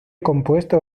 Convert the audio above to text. compuesto